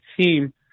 team